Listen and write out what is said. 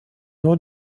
nur